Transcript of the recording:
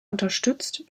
unterstützt